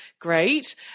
Great